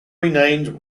renamed